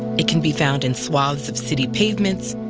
it can be found in swathes of city pavements,